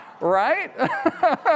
right